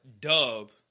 dub